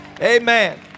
Amen